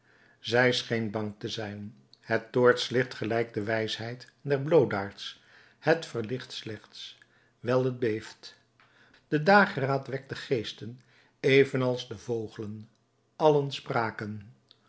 zij scheen bang te zijn het toortslicht gelijkt de wijsheid der bloodaards het verlicht slechts wijl het beeft de dageraad wekt de geesten evenals de vogelen allen spraken